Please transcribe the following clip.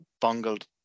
bungled